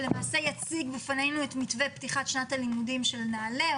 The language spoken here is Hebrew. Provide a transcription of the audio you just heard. שיציג בפנינו את מתווה פתיחת שנת הלימודים של נעל"ה,